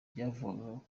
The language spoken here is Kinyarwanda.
byavugwaga